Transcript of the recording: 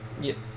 Yes